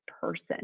person